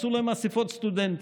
עשו להם אספות סטודנטים.